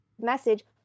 message